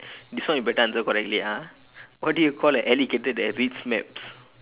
this one you better answer correctly ah what do you call an alligator that reads maps